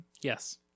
Yes